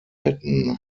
hätten